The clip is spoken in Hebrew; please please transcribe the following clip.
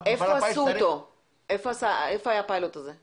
איפה היה הפיילוט הזה?